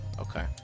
Okay